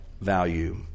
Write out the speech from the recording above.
value